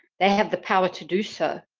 they have the power to do so.